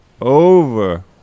over